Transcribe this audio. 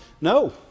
No